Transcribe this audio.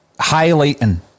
highlighting